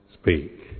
speak